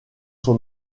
son